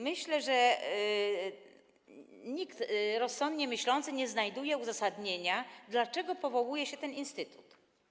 Myślę, że nikt rozsądnie myślący nie znajduje uzasadnienia tego, dlaczego powołuje się ten instytut.